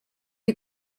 you